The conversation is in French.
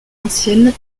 ancienne